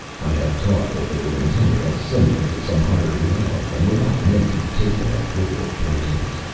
i have taught that they were intended as symbols of some higher reality and were not meant to be taken as literal persons.